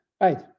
right